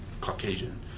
caucasian